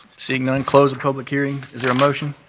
seeing none, close the public hearing. is there a motion?